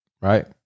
Right